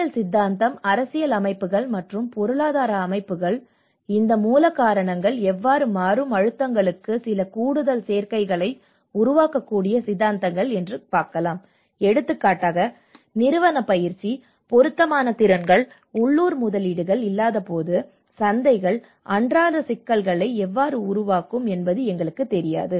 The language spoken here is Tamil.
அரசியல் சித்தாந்தம் அரசியல் அமைப்புகள் மற்றும் பொருளாதார அமைப்புகள் மற்றும் இந்த மூல காரணங்கள் எவ்வாறு மாறும் அழுத்தங்களுக்கு சில கூடுதல் சேர்க்கைகளை உருவாக்கக்கூடிய சித்தாந்தங்கள் எடுத்துக்காட்டாக நிறுவன பயிற்சி பொருத்தமான திறன்கள் உள்ளூர் முதலீடுகள் இல்லாதபோது சந்தைகள் அன்றாட சிக்கல்களை எவ்வாறு உருவாக்கும் என்பது எங்களுக்குத் தெரியாது